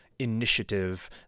initiative